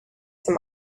some